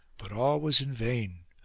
but all was in vain,